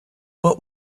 but